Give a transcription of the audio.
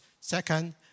Second